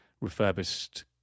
refurbished